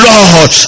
Lord